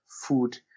food